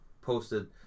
posted